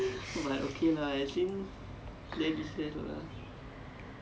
that's because you no choice